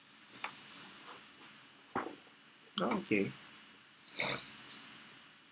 ah okay